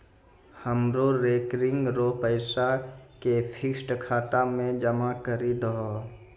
हमरो रेकरिंग रो पैसा के फिक्स्ड खाता मे जमा करी दहो